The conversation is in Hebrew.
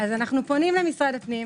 אנו פונים למשרד הפנים.